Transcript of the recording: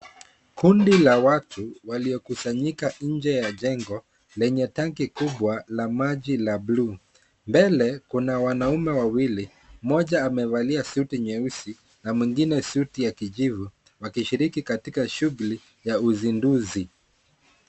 Kundi la watu waliokusanyika nje ya jengo lenye tanki kubwa la maji la buluu. Mbele kuna wanaume wawili, mmoja amevalia suti nyeusi na mwingine suti ya kijivu, wakishirika katika shughuli ya uzinduzi.